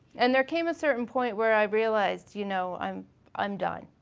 and there came a certain point where i realized you know, i'm i'm done,